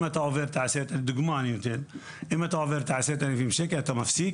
אם אתה עובר את ה-10,000 שקל, אתה מפסיק